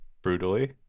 brutally